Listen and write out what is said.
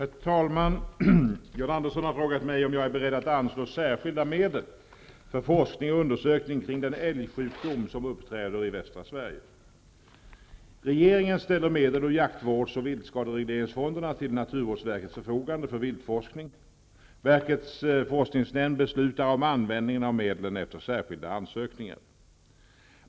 Herr talman! John Andersson har frågat mig om jag är beredd att anslå särskilda medel för forskning och undersökning kring den älgsjukdom som uppträder i västra Sverige. Regeringen ställer medel ur jaktvårds och viltskaderegleringsfonderna till naturvårdsverkets förfogande för viltforskning. Verkets forskningsnämnd beslutar om användningen av medlen efter särskilda ansökningar.